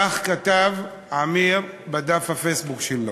כך כתב עמיר בדף הפייסבוק שלו.